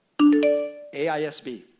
AISB